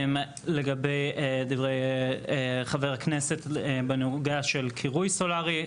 לגבי דברי חברי הכנסת בנוגע לקירוי סולרי,